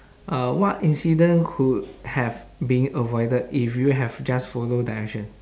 uh what incident could have been avoided if you have just follow direction